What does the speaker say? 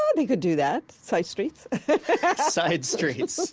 um they could do that. side streets side streets!